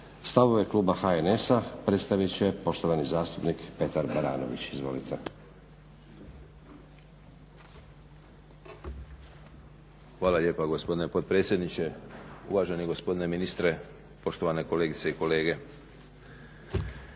Stavove kluba HNS-a predstavit će poštovani zastupnik Petar Baranović. Izvolite. **Baranović, Petar (HNS)** Hvala lijepa gospodine potpredsjedniče, uvaženi gospodine ministre, poštovane kolegice i kolege.